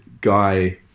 guy